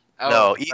No